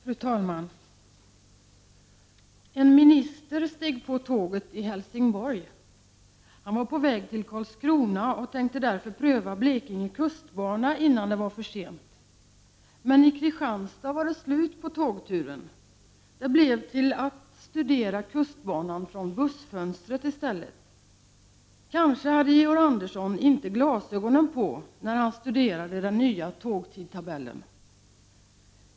Fru talman! En minister steg på tåget i Helsingborg. Han var på väg till Karlskrona och tänkte därför pröva Blekinge kustbana, innan det var för sent. Men i Kristianstad var det slut på tågturen. Det blev i stället till att studera kustbanan från bussfönstret. Kanske hade Georg Andersson inte glasögonen på när han studerade den nya tågtidtabellen.